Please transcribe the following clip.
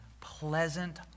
pleasant